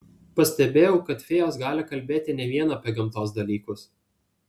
pastebėjau kad fėjos gali kalbėti ne vien apie gamtos dalykus